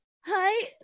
hi